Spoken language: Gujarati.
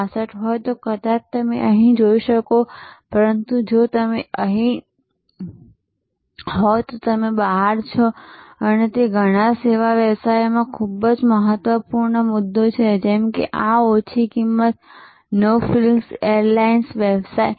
66 હોય તો કદાચ તમે અહીં હોઈ શકો પરંતુ જો તમે અહીં હોવ તો તમે બહાર છો અને તે ઘણા સેવા વ્યવસાયોમાં ખૂબ જ મહત્વપૂર્ણ મુદ્દો છે જેમ કે આ ઓછી કિંમત નો ફ્રિલ્સ એરલાઈન્સ વ્યવસાય